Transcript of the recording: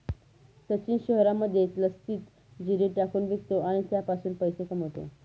सचिन शहरामध्ये लस्सीत जिरे टाकून विकतो आणि त्याच्यापासून पैसे कमावतो